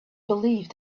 believed